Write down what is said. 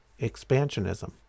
expansionism